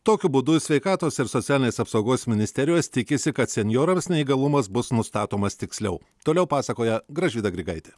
tokiu būdu sveikatos ir socialinės apsaugos ministerijos tikisi kad senjorams neįgalumas bus nustatomas tiksliau toliau pasakoja gražvyda grigaitė